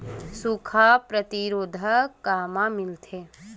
सुखा प्रतिरोध कामा मिलथे?